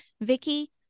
Vicky